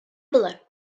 below